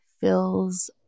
fills